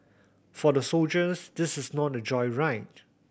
for the soldiers this is not a joyride